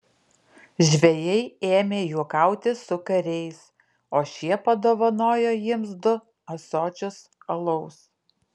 žvejai ėmė juokauti su kariais o šie padovanojo jiems du ąsočius alaus